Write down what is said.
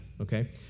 okay